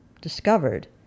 discovered